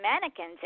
mannequins